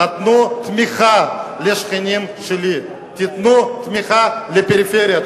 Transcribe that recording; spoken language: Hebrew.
תיתנו תמיכה לשכנים שלי, תיתנו תמיכה לפריפריה.